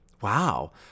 Wow